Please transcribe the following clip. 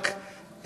רק,